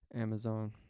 Amazon